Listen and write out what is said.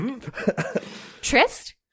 Trist